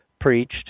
preached